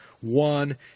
one